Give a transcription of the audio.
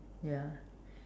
ya